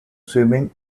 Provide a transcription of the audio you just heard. swimming